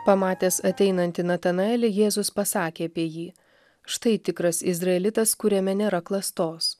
pamatęs ateinantį natanaelį jėzus pasakė apie jį štai tikras izraelitas kuriame nėra klastos